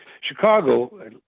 Chicago